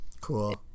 cool